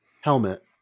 helmet